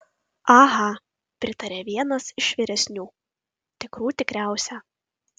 aha pritarė vienas iš vyresnių tikrų tikriausia